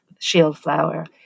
Shieldflower